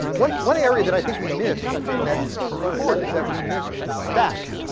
one one area that i think we missed in that report is that we missed staff.